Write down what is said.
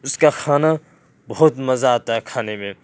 اس کا کھانا بہت مزہ آتا ہے کھانے میں